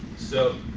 so